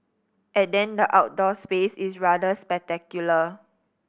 and then the outdoor space is rather spectacular